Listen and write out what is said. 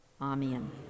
Amen